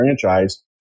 franchise